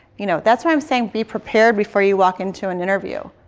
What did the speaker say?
you know that's why i'm saying be prepared before you walk into an interview.